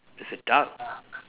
there's a duck